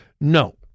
no